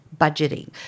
budgeting